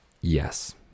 Yes